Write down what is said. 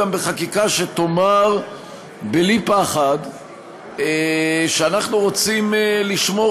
גם בחקיקה שתאמר בלי פחד שאנחנו רוצים לשמור